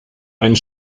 einen